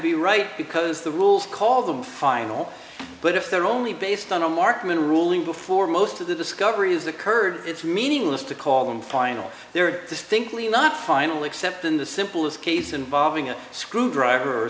be right because the rules call them final but if they're only based on a marksman ruling before most of the discovery is occurred it's meaningless to call them final they are distinctly not final except in the simplest case involving a screwdriver or